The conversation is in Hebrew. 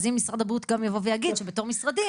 אז אם משרד הבריאות גם יבוא ויגיד שבתור משרדים